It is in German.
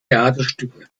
theaterstücke